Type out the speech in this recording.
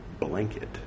blanket